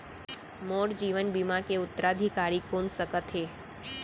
मोर जीवन बीमा के उत्तराधिकारी कोन सकत हे?